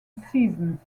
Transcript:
seasons